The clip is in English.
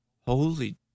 holy